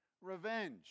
revenge